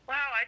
Wow